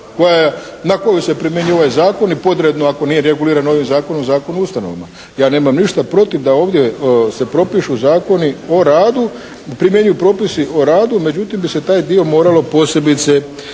na koju se primjenjuje ovaj Zakon i podredno ako nije regulirano ovim Zakonom, Zakon o ustanovama. Ja nemam ništa protiv da ovdje se propišu zakoni o radu, primjenjuju propisi o radu, međutim da se taj dio moralo posebice